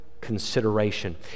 consideration